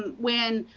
when,